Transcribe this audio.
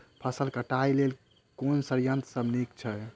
फसल कटाई लेल केँ संयंत्र सब नीक छै?